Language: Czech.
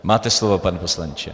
Máte slovo, pane poslanče.